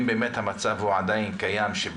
אם באמת המצב הקיים הוא עדין שבערך